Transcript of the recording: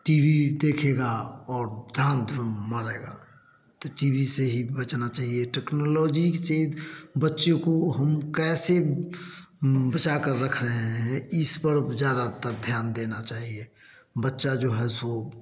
T V देखेगा और धराम धुरूम मारेगा तो ती वी से ही बचना चाहिए टेक्नलॉजी से बच्चे को हम कैसे बचाकर रख रहे हैं इस्स पर ज़्यादातर ध्यान देना चाहिए बच्चा जो है सो